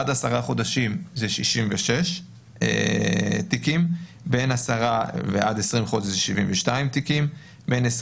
עד 10 חודשים זה 66 תיקים; בין 10 ועד 20 חודש 72 תיקים; בין 21